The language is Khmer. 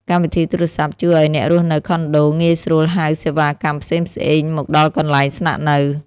កម្មវិធីទូរសព្ទជួយឱ្យអ្នករស់នៅខុនដូ ងាយស្រួលហៅសេវាកម្មផ្សេងៗមកដល់កន្លែងស្នាក់នៅ។